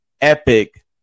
epic